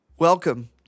Welcome